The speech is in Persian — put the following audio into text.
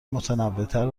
متنوعتر